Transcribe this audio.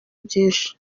byinshi